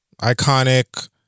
iconic